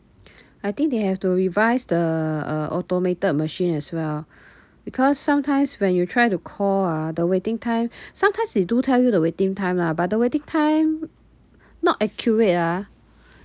I think they have to revise the uh automated machine as well because sometimes when you try to call ah the waiting time sometimes they do tell you the waiting time lah but the waiting time not accurate ah